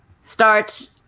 start